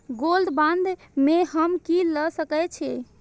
Gold bond में हम की ल सकै छियै?